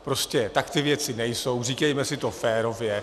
Prostě tak ty věci nejsou, říkejme si to férově.